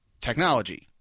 technology